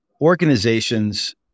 organizations